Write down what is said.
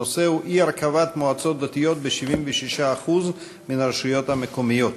הנושא הוא: אי-הרכבת מועצות דתיות ב-76% מהרשויות המקומיות.